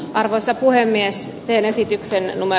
arvoisa puhemies venesitykseen en ole